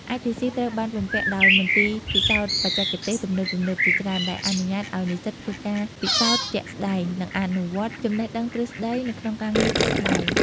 ITC ត្រូវបានបំពាក់ដោយមន្ទីរពិសោធន៍បច្ចេកទេសទំនើបៗជាច្រើន ដែលអនុញ្ញាតឱ្យនិស្សិតធ្វើការពិសោធន៍ជាក់ស្តែង និងអនុវត្តចំណេះដឹងទ្រឹស្តីទៅក្នុងការងារជាក់ស្តែង។